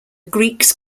greeks